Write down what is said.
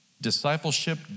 discipleship